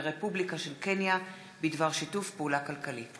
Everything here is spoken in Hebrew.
הרפובליקה של קניה בדבר שיתוף פעולה כלכלי.